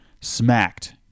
smacked